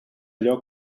allò